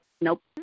Nope